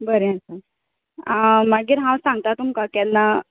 बरें आसा हांव मागीर हांव सांगता तुमकां केन्ना